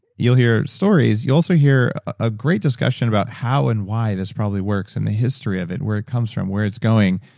you'll hear stories. you'll also hear a great discussion about how and why this probably works, and the history of it, and where it comes from, where it's going,